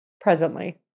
Presently